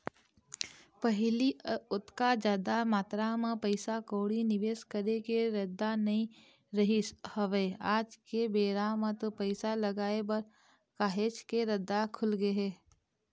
पहिली ओतका जादा मातरा म पइसा कउड़ी निवेस करे के रद्दा नइ रहिस हवय आज के बेरा म तो पइसा लगाय बर काहेच के रद्दा खुलगे हे